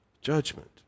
judgment